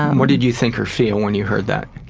what did you think or feel when you heard that?